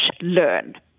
learn